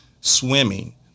swimming